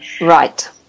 Right